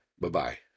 Bye-bye